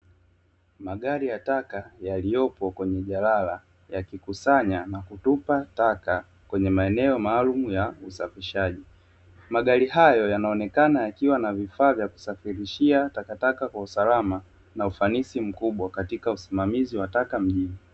Magari ya taka yaliyopo kwenye jalala yakikusanya na kutupa taka kwenye maeneo maalumu ya usafishaji. Magari hayo yanaonekana yakiwa na vifaa vya kusafirishia takataka kwa usalama na ufanisi mkubwa katika usimamizi wataka mjini.